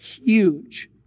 huge